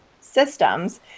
systems